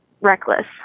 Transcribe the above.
reckless